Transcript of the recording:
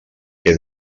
què